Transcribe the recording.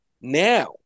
now